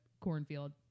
cornfield